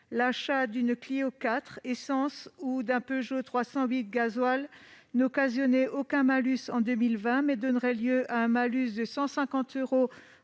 L'achat d'une Clio IV à essence ou d'une Peugeot 308 au gazole n'occasionnait aucun malus en 2020, mais donnerait lieu à un malus de 150 euros